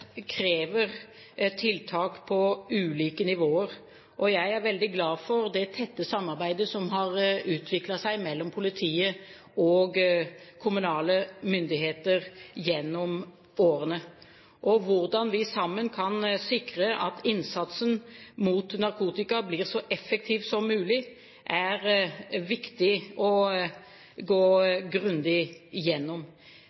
krever tiltak på ulike nivåer. Jeg er veldig glad for det tette samarbeidet som har utviklet seg mellom politiet og kommunale myndigheter gjennom årene. Hvordan vi sammen kan sikre at innsatsen mot narkotika blir så effektiv som mulig, er viktig å